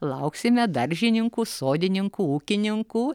lauksime daržininkų sodininkų ūkininkų